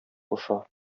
куша